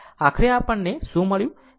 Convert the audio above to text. આખરે આપણને શું મળ્યું